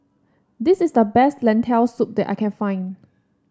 this is the best Lentil Soup that I can find